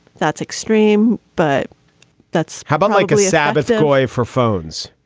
that's extreme, but that's how about michael sabbaths, envoy for phones.